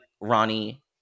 Ronnie